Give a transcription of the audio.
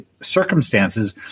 circumstances